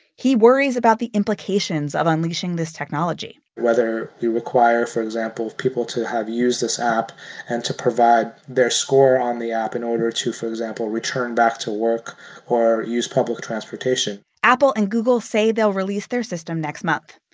he worries about the implications of unleashing this technology whether we require, for example, people to have used this app and to provide their score on the app in order to, for example, return back to work or use public transportation apple and google say they'll release their system next month.